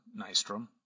Nystrom